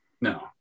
No